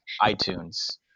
iTunes